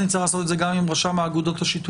אבל אז נצטרך לעשות את זה גם עם רשם האגודות השיתופיות.